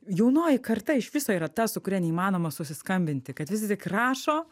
jaunoji karta iš viso yra ta su kuria neįmanoma susiskambinti kad visi tik rašo